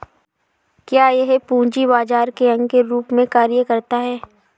क्या यह पूंजी बाजार के अंग के रूप में कार्य करता है?